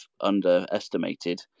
underestimated